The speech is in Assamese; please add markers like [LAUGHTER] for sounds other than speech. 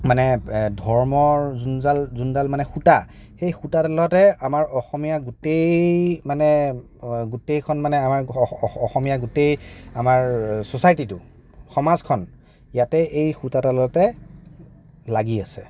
মানে ধৰ্মৰ [UNINTELLIGIBLE] যোনডাল মানে সূতা সেই সূতাডালতে আমাৰ অসমীয়া গোটেই মানে গোটেইখন মানে অসমীয়া গোটেই আমাৰ চছাইটিটো সমাজখন ইয়াতে এই সূতাডালতে লাগি আছে